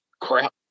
crap